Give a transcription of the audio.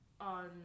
on